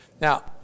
Now